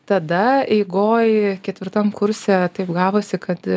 tada eigoj ketvirtam kurse taip gavosi kad